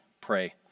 pray